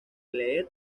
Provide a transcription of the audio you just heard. leer